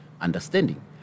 understanding